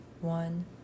one